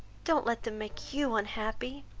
don't let them make you unhappy.